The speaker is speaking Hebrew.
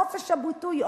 חופש הביטוי,